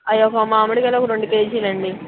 అవోక మామిడికాయలు రెండు కేజీలండి